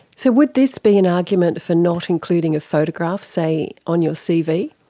so would this be an argument for not including a photograph, say on your cv?